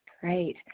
Great